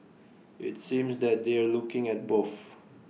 IT seems that they're looking at both